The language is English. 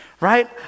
right